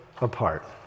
apart